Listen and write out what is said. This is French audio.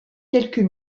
quelques